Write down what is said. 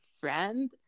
friend